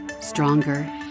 stronger